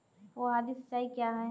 फुहारी सिंचाई क्या है?